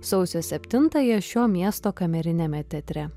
sausio septintąją šio miesto kameriniame teatre